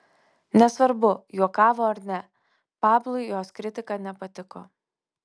nesvarbu juokavo ar ne pablui jos kritika nepatiko